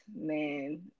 man